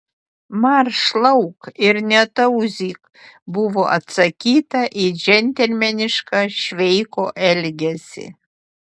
marš lauk ir netauzyk buvo atsakyta į džentelmenišką šveiko elgesį